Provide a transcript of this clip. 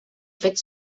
fet